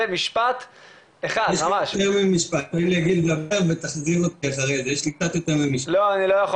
אתה טועה כי דרישות בקרת האיכות יהיו